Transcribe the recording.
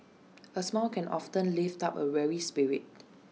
A smile can often lift up A weary spirit